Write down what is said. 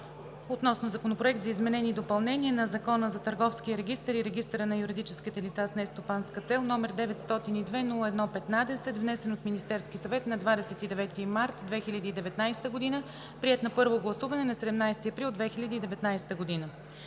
относно Законопроект за изменение и допълнение на Закона за търговския регистър и регистъра на юридическите лица с нестопанска цел, № 902-01-15, внесен от Министерския съвет на 29 март 2019 г., приет на първо гласуване на 17 април 2019 г.